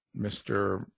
Mr